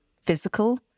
physical